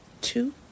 two